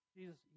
Jesus